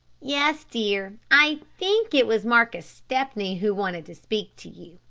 yes, dear. i think it was marcus stepney who wanted to speak to you.